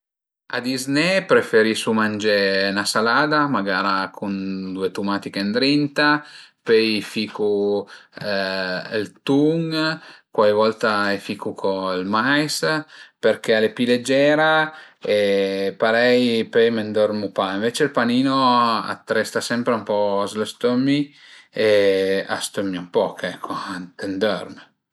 A dizné preferisu mangé 'na salada magara cun due tumatiche ëndrinta, pöi ficu ël tun, cuai volta i ficu co ël mais perché al e pi legera e parei pöi m'ëndörma pa, ënvece ël panino a t'resta sempre ën po s'lë stomi e a stömmia ën poch ecco, a t'ëndörm